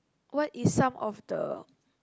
what is some of the